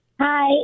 Hi